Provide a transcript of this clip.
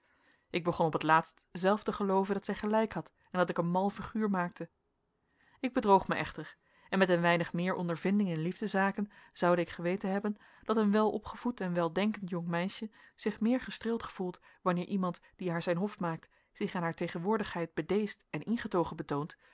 ik begon op het laatst zelf te gelooven dat zij gelijk had en dat ik een mal figuur maakte ik bedroog mij echter en met een weinig meer ondervinding in liefdezaken zoude ik geweten hebben dat een welopgevoed en weldenkend jong meisje zich meer gestreeld gevoelt wanneer iemand die haar zijn hof maakt zich in haar tegenwoordigheid bedeesd en ingetogen betoont